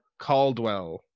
Caldwell